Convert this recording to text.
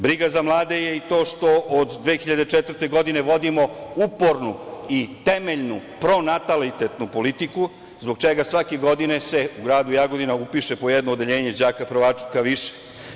Briga za mlade je to što od 2004. godine, vodimo upornu i temeljnu pronatalitetnu politiku zbog čega svake godine se u gradu Jagodina upiše po jedno odeljenje đaka prvaka više.